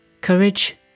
courage